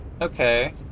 Okay